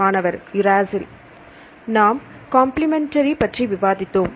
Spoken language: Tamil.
மாணவர் யுராசில் நாம் கம்பிளிமெண்டரி பற்றி விவாதித்தோம்